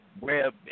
web